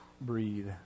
breathe